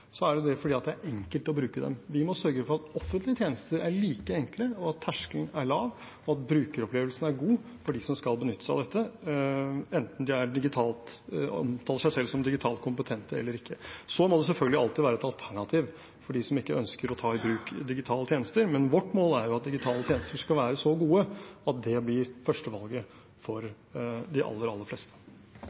er det fordi det er enkelt å bruke dem. Vi må sørge for at offentlige tjenester er like enkle, at terskelen er lav, og at brukeropplevelsen er god for dem som skal benytte seg av dette, enten de omtaler seg selv som digitalt kompetente eller ikke. Så må det selvfølgelig alltid være et alternativ for dem som ikke ønsker å ta i bruk digitale tjenester, men vårt mål er at digitale tjenester skal være så gode at det blir førstevalget for de aller fleste.